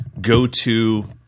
go-to –